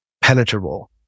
penetrable